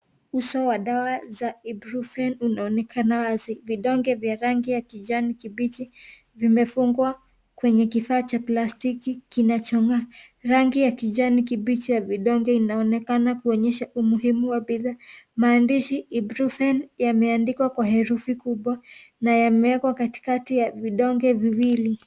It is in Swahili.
Uso wa dawa za Ibuprofen unaonekana wazi. Vidonge vya rangi ya kijani kibichi vimefungwa kwenye kifaa cha plastiki kinachong'aa. Rangi ya plastiki ya kijani kibichi inaonekana kuonyesha umuhimu wa bidhaa. Maandishi Ibuprofen yameandikwa kwa herufi kubwa na yamewekwa katikati ya vidonge viwili.